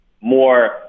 more